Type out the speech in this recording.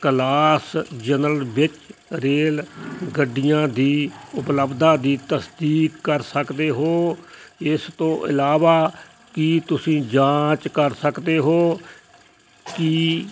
class general ਵਿੱਚ rail ਗੱਡੀਆਂ ਦੀ ਉਪਲੱਬਧਤਾ ਦੀ ਤਸਦੀਕ ਕਰ ਸਕਦੇ ਹੋ ਇਸ ਤੋਂ ਇਲਾਵਾ ਕੀ ਤੁਸੀਂ ਜਾਂਚ ਕਰ ਸਕਦੇ ਹੋ ਕੀ